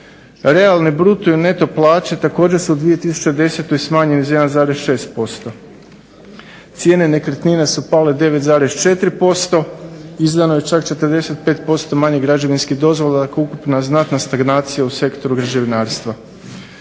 Realne bruto i neto plaće također su u 2010. smanjene za 1,6%. Cijene nekretnina su pale 9,4%. Izdano je čak 45% manje građevinskih dozvola, dakle ukupna znatna stagnacija u sektoru građevinarstva.